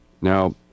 Now